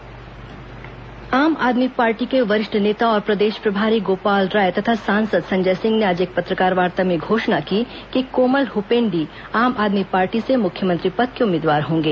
आप उम्मीदवार घोषणा आम आदमी पार्टी के वरिष्ठ नेता और प्रदेश प्रभारी गोपाल राय तथा सांसद संजय सिंह ने आज एक पत्रकारवार्ता में घोषणा की कि कोमल हपेंडी आम आदमी पार्टी से मुख्यमंत्री पद के उम्मीदवार होंगे